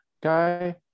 guy